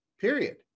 period